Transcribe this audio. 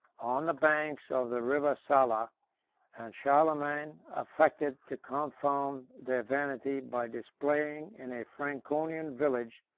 on the banks of the river sala and charlemagne affected to confound their vanity by displaying, in a franconian village,